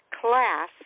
class